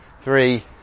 three